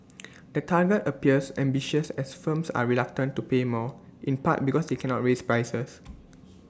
the target appears ambitious as firms are reluctant to pay more in part because they cannot raise prices